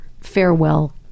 farewell